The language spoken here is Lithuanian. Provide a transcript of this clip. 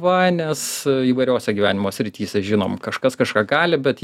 va nes įvairiose gyvenimo srityse žinom kažkas kažką gali bet